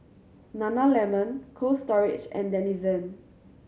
Nana Lemon Cold Storage and Denizen